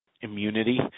immunity